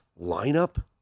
lineup